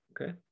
Okay